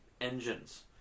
engines